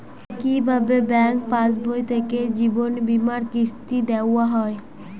কি ভাবে ব্যাঙ্ক পাশবই থেকে জীবনবীমার কিস্তি দেওয়া হয়?